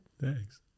Thanks